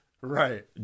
Right